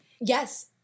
Yes